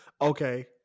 Okay